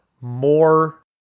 more